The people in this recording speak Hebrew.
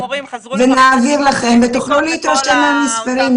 נעביר לכם ותוכלו להתרשם מהמספרים.